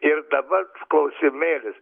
ir dabar klausimėlis